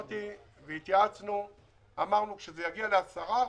ביוני, התייעצנו ואמרנו: כשנגיע ל-10%,